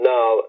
Now